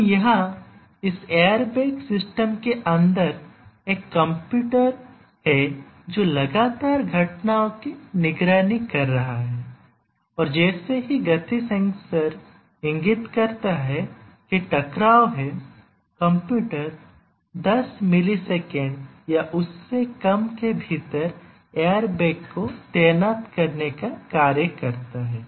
तो यहाँ इस एयरबैग सिस्टम के अंदर एक कंप्यूटर है जो लगातार घटनाओं की निगरानी कर रहा है और जैसे ही गति सेंसर इंगित करता है कि टकराव है कंप्यूटर 10 मिलीसेकेंड या उससे कम के भीतर एयरबैग को तैनात करने का कार्य करता है